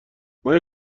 مایه